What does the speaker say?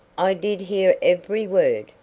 i did hear every word,